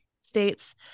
states